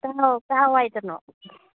ꯀꯗꯥꯏꯋꯥꯏꯗꯅꯣ